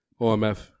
OMF